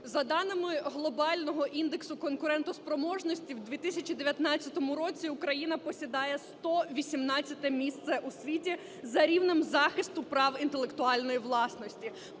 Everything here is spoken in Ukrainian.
За даними глобального індексу конкурентоспроможності в 2019 році Україна посідає 118 місце у світі за рівнем захисту прав інтелектуальної власності.